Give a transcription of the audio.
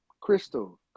crystal